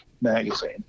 magazine